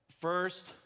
First